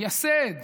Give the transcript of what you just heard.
מייסד